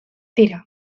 tira